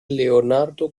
leonardo